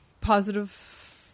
positive